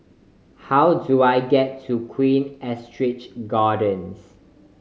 how do I get to Queen Astrid Gardens